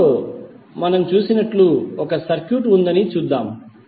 చిత్రంలో మనం చూసినట్లు ఒక సర్క్యూట్ ఉందని చూద్దాం